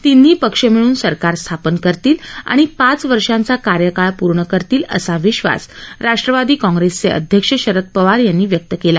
तिन्ही पक्ष मिळून सरकार स्थापन करतील आणि पाच वर्षाचा कार्यकाळ पूर्ण करतील असा विश्वास राष्ट्रवादी काँग्रेसचे अध्यक्ष शरद पवार यांनी व्यक्त केला